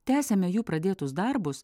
tęsiame jų pradėtus darbus